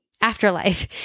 afterlife